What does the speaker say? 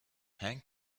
hang